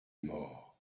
mort